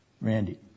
Randy